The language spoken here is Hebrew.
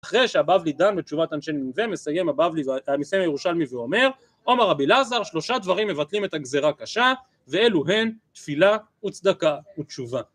אחרי שהבבלי דן בתשובת אנשי מנווה מסיים הבבלי והמסיים ירושלמי ואומר עומר רבי לאזר שלושה דברים מבטלים את הגזרה קשה ואלו הן תפילה וצדקה ותשובה